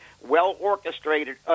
well-orchestrated